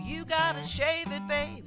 you got a shame and they